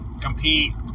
compete